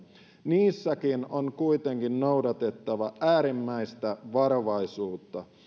niissäkin on kuitenkin noudatettava äärimmäistä varovaisuutta